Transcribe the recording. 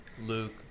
Luke